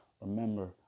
Remember